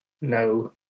No